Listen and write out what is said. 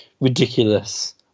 ridiculous